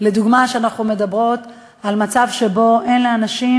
לדוגמה שאנחנו מדברות על מצב שבו אין לאנשים